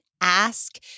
ask